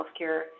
healthcare